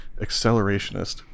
accelerationist